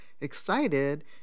excited